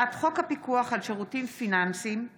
שכר מינימום (תיקון,